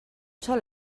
sol